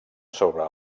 sobre